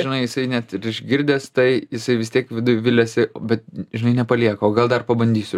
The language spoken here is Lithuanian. žinai jisai net išgirdęs tai jisai vis tiek viduj viliasi bet žinai nepalieka o gal dar pabandysiu